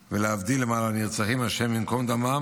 ולהבדיל, למען הנרצחים, השם ייקום דמם,